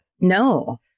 No